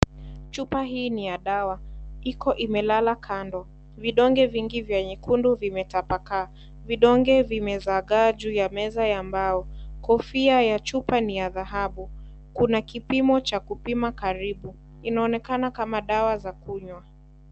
Chupa hii ni ya dawa, iko imelala kando. Vidonge vingi vya vyekundu vimetakapaa. Vidonge vimezagaa juu ya meza ya mbao. Kofia ya chupa ni ya dhahabu. Kuna kipimo cha kupima karibu. Inaonekana kama dawa za kunywa.